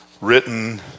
written